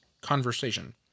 conversation